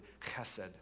chesed